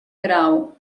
grau